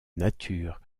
nature